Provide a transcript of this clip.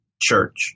church